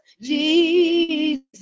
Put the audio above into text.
Jesus